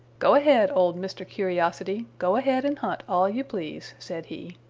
go ahead, old mr. curiosity, go ahead and hunt all you please, said he.